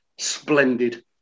Splendid